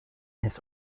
his